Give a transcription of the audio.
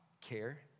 care